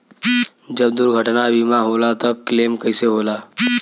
जब दुर्घटना बीमा होला त क्लेम कईसे होला?